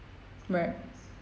right